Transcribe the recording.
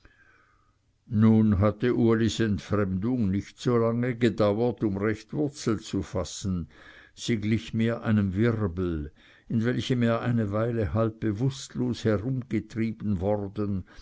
nun hatte ulis entfremdung nicht so lange gedauert um recht wurzel zu fassen sie glich mehr einem wirbel in welchem er eine weile halb bewußtlos herumgetrieben worden